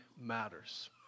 matters